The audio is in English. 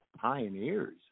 pioneers